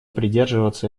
придерживаться